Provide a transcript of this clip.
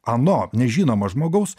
ano nežinomo žmogaus